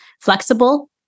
Flexible